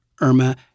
Irma